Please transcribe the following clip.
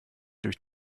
durch